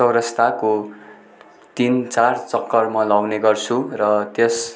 चौरस्ताको तिन चार चक्कर म लाउने गर्छु र त्यस